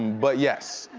but yes,